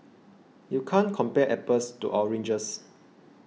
you can't compare apples to oranges